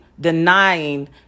denying